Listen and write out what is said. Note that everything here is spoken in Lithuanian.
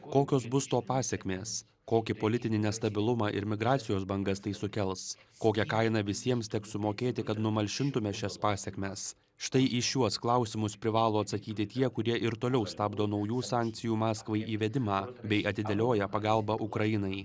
kokios bus to pasekmės kokį politinį nestabilumą ir migracijos bangas tai sukels kokią kainą visiems teks sumokėti kad numalšintume šias pasekmes štai į šiuos klausimus privalo atsakyti tie kurie ir toliau stabdo naujų sankcijų maskvai įvedimą bei atidėlioja pagalbą ukrainai